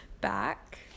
back